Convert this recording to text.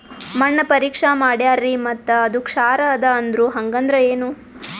ಮಣ್ಣ ಪರೀಕ್ಷಾ ಮಾಡ್ಯಾರ್ರಿ ಮತ್ತ ಅದು ಕ್ಷಾರ ಅದ ಅಂದ್ರು, ಹಂಗದ್ರ ಏನು?